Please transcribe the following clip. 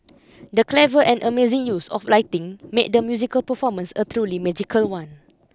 the clever and amazing use of lighting made the musical performance a truly magical one